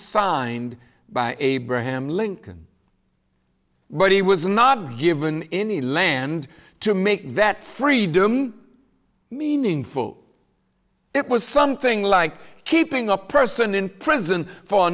signed by abraham lincoln but he was not given any land to make that freedom meaningful it was something like keeping a person in prison for a